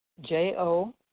J-O